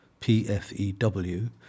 PFEW